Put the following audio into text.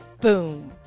Boom